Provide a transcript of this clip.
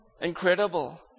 Incredible